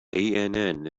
ann